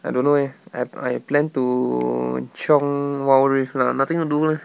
I don't know leh I I plan to chiong wild rift lah nothing to do leh